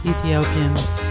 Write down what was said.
Ethiopians